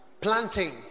planting